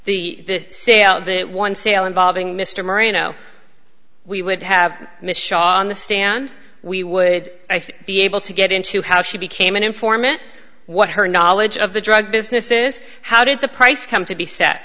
sale that one sale involving mr marino we would have miss shaw on the stand we would be able to get into how she became an informant what her knowledge of the drug business is how did the price come to be set